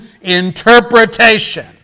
interpretation